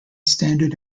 standard